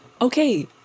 Okay